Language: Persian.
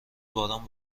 باران